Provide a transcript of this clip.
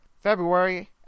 February